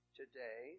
today